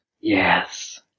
Yes